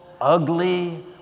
ugly